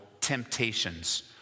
temptations